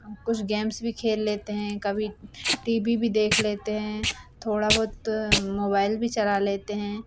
कुछ गेम्स भी खेल लेते हैं कभी टी वी भी देख लेते हैं थोड़ा बहुत मोबाइल भी चला लेते हैं